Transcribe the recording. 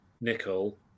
nickel